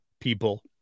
people